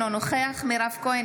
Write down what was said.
אינו נוכח מירב כהן,